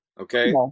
Okay